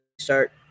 start